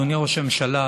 אדוני ראש הממשלה,